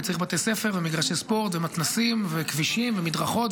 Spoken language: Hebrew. כי צריך בתי ספר ומגרשי ספורט ומתנ"סים וכבישים ומדרכות,